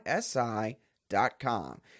SI.com